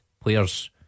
Players